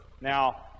Now